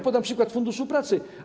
Podam przykład Funduszu Pracy.